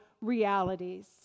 realities